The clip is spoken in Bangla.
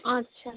আচ্ছা